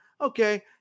Okay